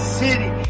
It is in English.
city